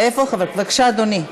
בבקשה, אדוני.